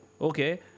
Okay